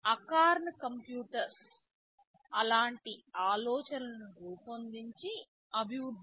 acorn computers అలాంటి ఆలోచనలను రూపొందించి అభివృద్ధి చేసిన మొదటి సంస్థ